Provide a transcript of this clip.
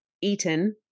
eaten